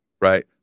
right